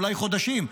אולי חודשים,